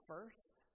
first